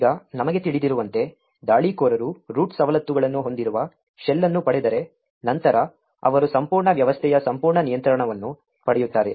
ಈಗ ನಮಗೆ ತಿಳಿದಿರುವಂತೆ ದಾಳಿಕೋರರು ರೂಟ್ ಸವಲತ್ತುಗಳನ್ನು ಹೊಂದಿರುವ ಶೆಲ್ ಅನ್ನು ಪಡೆದರೆ ನಂತರ ಅವರು ಸಂಪೂರ್ಣ ವ್ಯವಸ್ಥೆಯ ಸಂಪೂರ್ಣ ನಿಯಂತ್ರಣವನ್ನು ಪಡೆಯುತ್ತಾರೆ